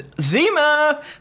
Zima